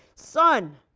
son!